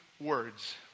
words